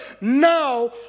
now